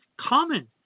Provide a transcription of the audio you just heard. common